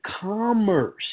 commerce